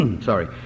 sorry